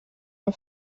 amb